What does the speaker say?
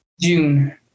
June